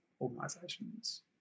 organisations